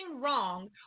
wrong